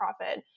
profit